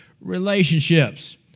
relationships